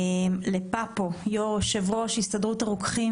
הזדמנות לפפו, יושב-ראש הסתדרות הרוקחים,